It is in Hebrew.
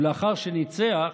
ולאחר שניצח,